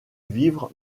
vivre